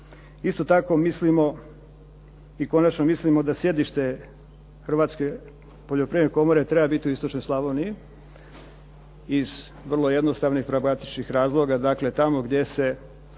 isto tako mislimo i konačno mislimo da sjedište Hrvatske poljoprivredne komore treba biti u istočnoj Slavoniji iz vrlo jednostavnih i fragmatičnih razloga. Dakle, tamo gdje se